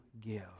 give